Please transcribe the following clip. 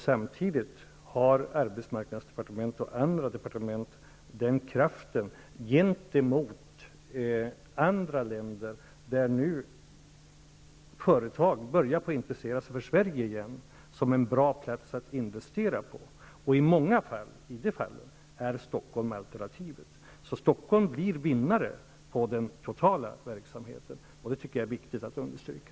Samtidigt har arbetsmarknadsdepartementet och andra departement den kraften gentemot andra länder, där företag nu börjar intressera sig för Sverige igen som en bra plats att investera på, och i de fallen är Stockholm alternativet. Stockholm blir alltså vinnare på den totala verksamheten, och det är viktigt att understryka.